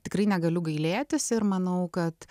tikrai negaliu gailėtis ir manau kad